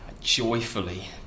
joyfully